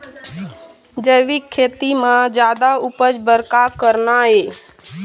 जैविक खेती म जादा उपज बर का करना ये?